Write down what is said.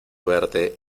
verte